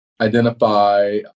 identify